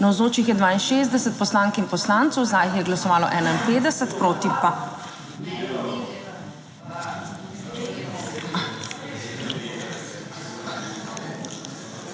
Navzočih je 62 poslank in poslancev, za jih je glasovalo 51, proti pa...